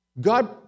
God